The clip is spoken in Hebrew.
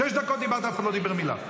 שש דקות דיברת ואף אחד לא דיבר מילה.